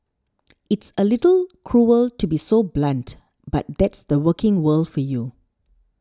it's a little cruel to be so blunt but that's the working world for you